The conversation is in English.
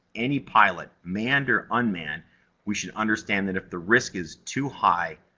any pilot manned or unmanned we should understand that if the risk is too high,